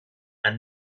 and